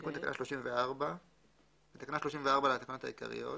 תיקון תקנה 34. בתקנה 34 לתקנות העיקריות